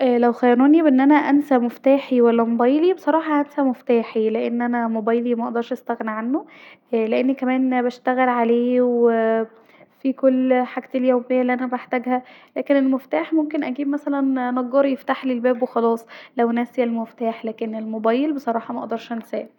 لو خيروني بين أن انا انسي مفتاحي أو موبايلي بصراحه هنسي مفتاحي لا انا موبايلي ده مقدرش استغنى عنه لان كمان بشتغل عليه واااا وفي كل حاجتي اليوميه الي انا يحتاجها لاكن المفتاح اجيب مثلا نجار يفتحلي الباب وخلاص لو ناسيه المفتاح لاكن الموبايل بصراحه مقدرش انساه